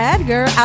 Edgar